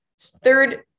Third